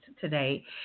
today